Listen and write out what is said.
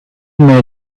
may